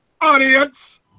audience